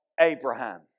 Abraham